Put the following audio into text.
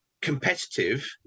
competitive